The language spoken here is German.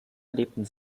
lebten